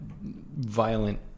violent